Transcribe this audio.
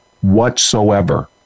whatsoever